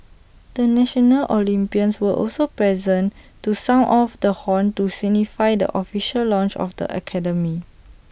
the national Olympians were also present to sound off the horn to signify the official launch of the academy